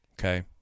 Okay